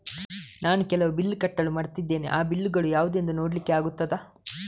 ನಾನು ಕೆಲವು ಬಿಲ್ ಕಟ್ಟಲು ಮರ್ತಿದ್ದೇನೆ, ಆ ಬಿಲ್ಲುಗಳು ಯಾವುದೆಂದು ನೋಡ್ಲಿಕ್ಕೆ ಆಗುತ್ತಾ?